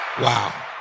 wow